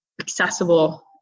accessible